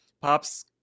Pops